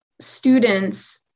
students